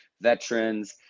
veterans